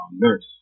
nurse